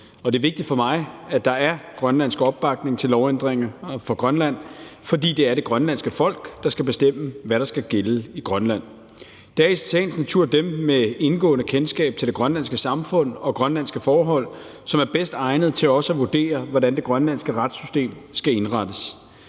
Det er vigtigt for mig, at der er grønlandsk opbakning til lovændringer for Grønland, fordi det er det grønlandske folk, der skal bestemme, hvad der skal gælde i Grønland. Det er i sagens natur dem med indgående kendskab til det grønlandske samfund og grønlandske forhold, som er bedst egnet til også at vurdere, hvordan det grønlandske retssystem skal indrettes.